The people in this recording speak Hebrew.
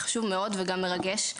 הוא חשוב מאוד וגם מרגש.